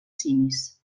simis